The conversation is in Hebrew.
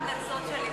ההמלצות שלי בוועדה.